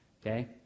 okay